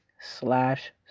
slash